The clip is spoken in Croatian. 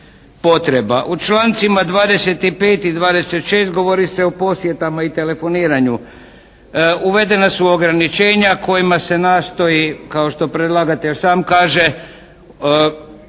U člancima 25. i 26. govori se o posjetama i telefoniranju. Uvedena su ograničenja kojima se nastoji kao što predlagatelj sam kaže ograničiti